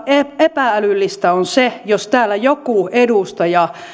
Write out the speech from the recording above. epä älyllistä on se jos täällä joku edustaja